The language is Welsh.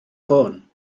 ffôn